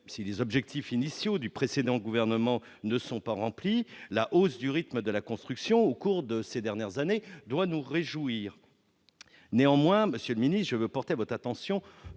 si les objectifs initiaux du précédent gouvernement, ne sont pas remplies, la hausse du rythme de la construction, au cours de ces dernières années, doit nous réjouir néanmoins monsieur je veux porter bottes, attention,